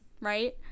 right